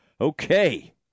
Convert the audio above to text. Okay